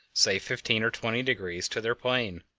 say, fifteen or twenty degrees to their plane.